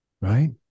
right